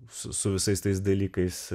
su su visais tais dalykais